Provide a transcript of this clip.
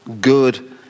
good